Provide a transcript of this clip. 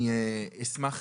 אני אשמח,